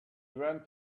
went